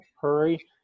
hurry